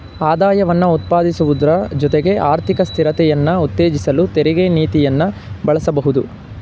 ಆದಾಯವನ್ನ ಉತ್ಪಾದಿಸುವುದ್ರ ಜೊತೆಗೆ ಆರ್ಥಿಕ ಸ್ಥಿರತೆಯನ್ನ ಉತ್ತೇಜಿಸಲು ತೆರಿಗೆ ನೀತಿಯನ್ನ ಬಳಸಬಹುದು